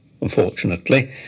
unfortunately